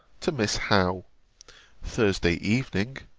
to miss howe thursday evening,